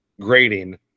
grading